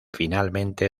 finalmente